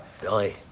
Billy